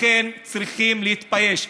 לכן, צריכים להתבייש.